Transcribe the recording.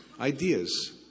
Ideas